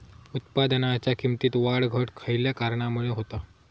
उत्पादनाच्या किमतीत वाढ घट खयल्या कारणामुळे होता?